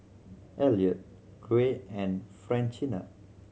Elliot Gray and Francina